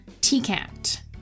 T-Cat